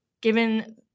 given